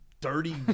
dirty